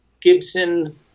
Gibson